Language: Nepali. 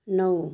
नौ